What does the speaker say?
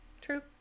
True